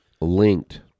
linked